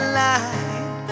light